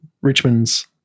richmond's